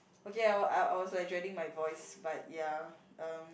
okay I were I was like dreading my voice but ya um